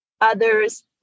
others